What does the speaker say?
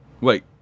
Wait